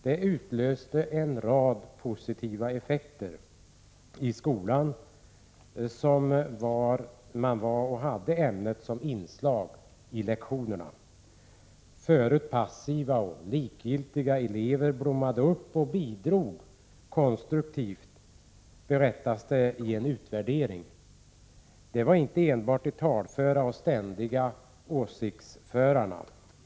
Det utlöste en rad positiva effekter i skolan, och man hade ämnet som inslag i lektionerna. Tidigare passiva eller likgiltiga elever blommade upp och bidrog konstruktivt, berättas det i en utvärdering. Det var inte enbart de talföra och de som ständigt har åsikter.